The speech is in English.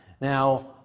Now